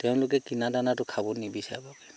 তেওঁলোকে কিনা দানাটো খাব নিবিচাৰে বাৰু